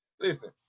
Listen